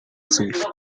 swift